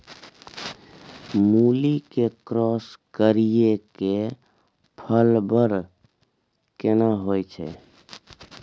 मूली के क्रॉस करिये के फल बर केना होय छै?